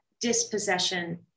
dispossession